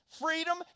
Freedom